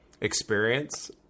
Experience